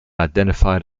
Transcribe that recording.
identified